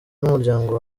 n’umuryango